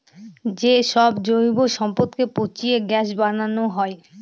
যে সব জৈব সম্পদকে পচিয়ে গ্যাস বানানো হয়